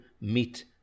meet